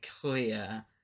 clear